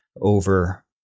over